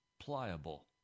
Pliable